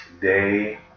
day